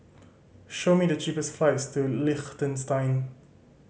show me the cheapest flights to Liechtenstein